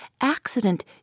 accident